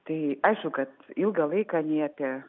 tai aišku kad ilgą laiką nei apie